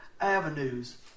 avenues